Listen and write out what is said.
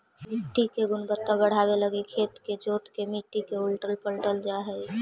मट्टी के गुणवत्ता बढ़ाबे लागी खेत के जोत के मट्टी के उलटल पलटल जा हई